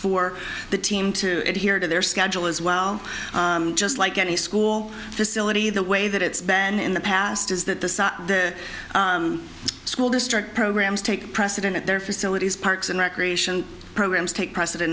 for the team to adhere to their schedule as well just like any school facility the way that it's been in the past is that the the school district programs take precedent at their facilities parks and recreation programs take precedent